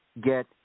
get